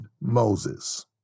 Moses